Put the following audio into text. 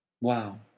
Wow